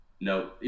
no